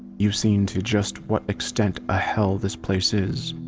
you've seen to just what extent a hell this place is.